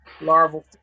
larval